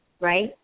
right